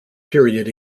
period